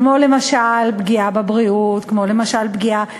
כמו למשל פגיעה בבריאות, כמו למשל פגיעה בסביבה,